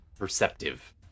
perceptive